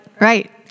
Right